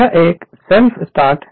यह एक self start है